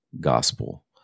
gospel